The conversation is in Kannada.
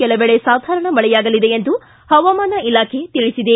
ಕೆಲವೆಡೆ ಸಾಧಾರಣ ಮಳೆಯಾಗಲಿದೆ ಎಂದು ಪವಾಮಾನ ಇಲಾಖೆ ತಿಳಿಸಿದೆ